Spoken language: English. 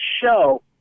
show